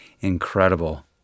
incredible